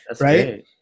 Right